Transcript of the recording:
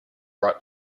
right